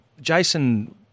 Jason